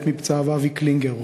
מת מפצעיו אבי קלינגר,